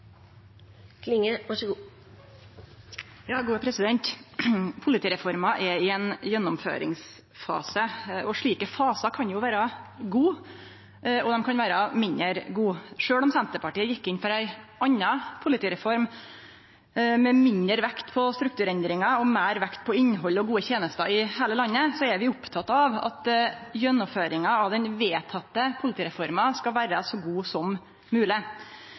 Politireforma er i ein gjennomføringsfase. Slike fasar kan vere gode – og dei kan vere mindre gode. Sjølv om Senterpartiet gjekk inn for ei anna politireform, med mindre vekt på strukturendringar og meir vekt på innhald og gode tenester i heile landet, er vi opptekne av at gjennomføringa av den vedtekne politireforma skal vere så god som mogleg.